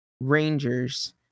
rangers